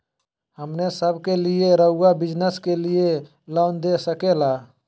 हमने सब के लिए रहुआ बिजनेस के लिए लोन दे सके ला?